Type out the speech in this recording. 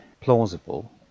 plausible